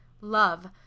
love